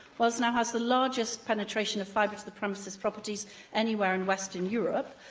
wales now has the largest penetration of fibre-to-the-premises properties anywhere in western europe.